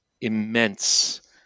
immense